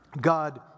God